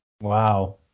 Wow